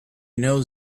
knows